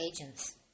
agents